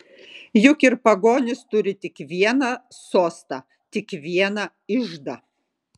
juk ir pagonys turi tik vieną sostą tik vieną iždą